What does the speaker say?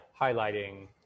highlighting